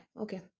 Okay